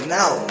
now